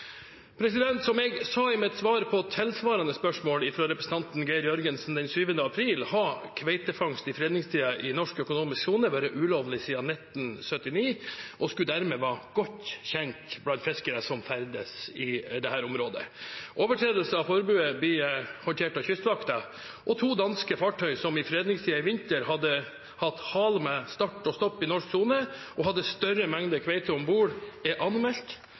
Som jeg sa i mitt svar på tilsvarende spørsmål fra representanten Geir Jørgensen den 7. april, har kveitefangst i fredningstiden i norsk økonomisk sone vært ulovlig siden 1979 og skulle dermed være godt kjent blant fiskere som ferdes i dette området. Overtredelser av forbudet blir håndtert av Kystvakten, og to danske fartøy som i fredningstiden i vinter hadde hatt hal med start og stopp i norsk sone og hadde større mengder kveite om bord, er anmeldt